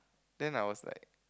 then I was like